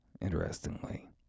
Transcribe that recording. interestingly